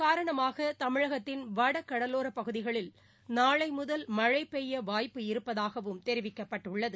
காரணமாகதமிழகத்தின் வடகடலோரபகுதிகளில் நாளைமுதல் மழைபெய்யவாய்ப்பு இதன் இருப்பதாகவும் தெரிவிக்கப்பட்டுள்ளது